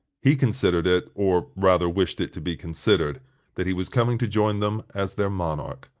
he considered it, or, rather, wished it to be considered that he was coming to join them as their monarch.